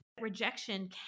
Rejection